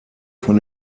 von